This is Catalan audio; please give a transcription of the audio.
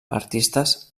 artistes